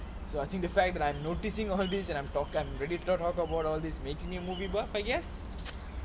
so I think the fact that I'm noticing all these and I'm talk I'm ready to talk about all this makes me a movie buff I guess